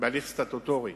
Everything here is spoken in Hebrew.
בהליך סטטוטורי